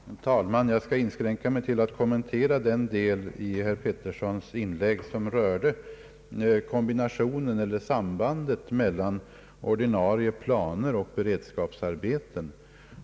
Herr talman! Jag skall inskränka mig till att kommentera den del av herr Petterssons inlägg som rörde sambandet mellan ordinarie planer och beredskapsarbeten.